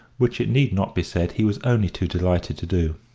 which it need not be said he was only too delighted to do.